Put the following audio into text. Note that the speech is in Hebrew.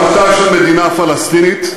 הקמתה של מדינה פלסטינית,